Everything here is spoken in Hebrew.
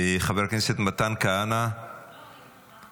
חבר הכנסת מתן כהנא, מוותר.